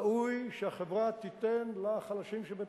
שראוי שהחברה תיתן לחלשים שבתוכה.